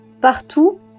Partout